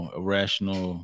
irrational